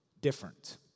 different